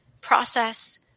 process